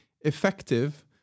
effective